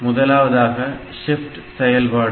முதலாவதாக ஷிப்ட் செயல்பாடு